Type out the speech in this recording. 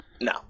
No